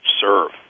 serve